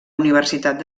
universitat